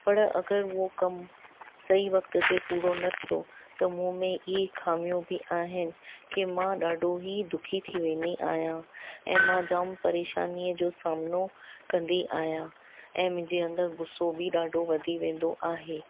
पर अगरि उहो कमु सही वक़्त ते पूरो न थियो त मूं में इहे खामियूं बि आहिनि की मां ॾाढो ई दुखी थी वेंदी आहियां ऐं मां जाम परेशानीअ जो सामिनो कंदी आहियां ऐं मुंहिंजे अंदरि गुस्सो बि ॾाढो वधी वेंदो आहे